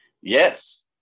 Yes